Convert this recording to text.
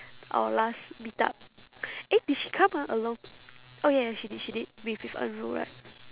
our last meetup eh did she come ah along oh ya she did she did with with en ru right